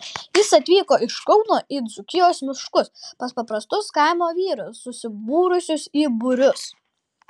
jis atvyko iš kauno į dzūkijos miškus pas paprastus kaimo vyrus susibūrusius į būrius